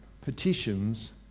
petitions